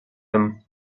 him